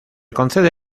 concede